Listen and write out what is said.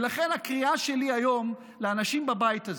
ולכן, הקריאה שלי היום לאנשים בבית הזה: